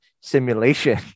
simulation